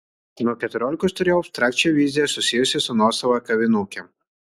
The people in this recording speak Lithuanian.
nuo keturiolikos turėjau abstrakčią viziją susijusią su nuosava kavinuke